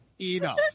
enough